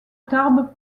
tarbes